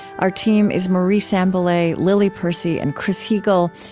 our team is marie sambilay, lily percy, and chris heagle.